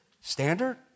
standard